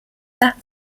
that